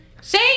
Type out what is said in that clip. Say